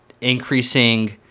increasing